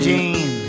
Jean